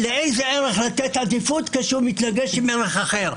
לאיזה ערך לתת עדיפות כשהוא מתנגש עם ערך אחר.